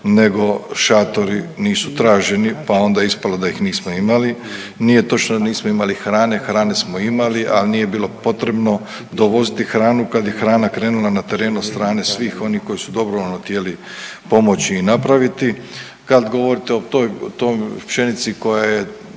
neto šatori nisu traženi pa je onda ispalo da ih nismo imali. Nije točno da nismo imali hrane, hrane smo imali al nije bilo potrebno dovoziti hranu kad je hrana krenula na terenu od strane svih onih koji su dobrovoljno htjeli pomoći i napraviti. Kad govorite o toj pšenici koja je